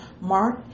Mark